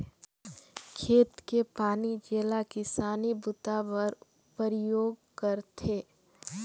खेत के पानी जेला किसानी बूता बर परयोग करथे